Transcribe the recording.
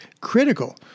critical